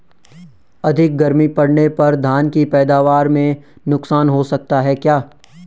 अधिक गर्मी पड़ने पर धान की पैदावार में नुकसान हो सकता है क्या?